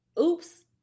oops